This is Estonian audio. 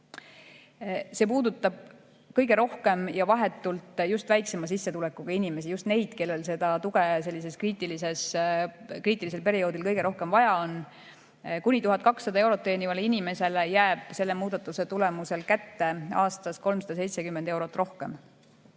See puudutab kõige rohkem ja vahetult just väiksema sissetulekuga inimesi – just neid, kellel seda tuge sellisel kriitilisel perioodil kõige rohkem vaja on. Kuni 1200 eurot teenivale inimesele jääb selle muudatuse tulemusel kätte aastas 370 eurot rohkem.